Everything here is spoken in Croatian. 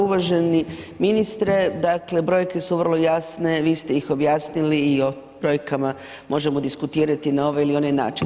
Uvaženi ministre, dakle brojke su vrlo jasne, vi ste ih objasnili i o brojkama možemo diskutirati na ovaj ili onaj način.